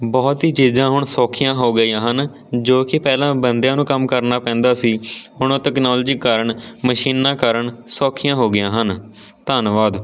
ਬਹੁਤ ਹੀ ਚੀਜ਼ਾਂ ਹੁਣ ਸੌਖੀਆਂ ਹੋ ਗਈਆਂ ਹਨ ਜੋ ਕਿ ਪਹਿਲਾਂ ਬੰਦਿਆਂ ਨੂੰ ਕੰਮ ਕਰਨਾ ਪੈਂਦਾ ਸੀ ਹੁਣ ਉਹ ਤਕਨੋਲਜੀ ਕਾਰਨ ਮਸ਼ੀਨਾਂ ਕਾਰਨ ਸੌਖੀਆਂ ਹੋ ਗਈਆਂ ਹਨ ਧੰਨਵਾਦ